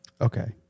Okay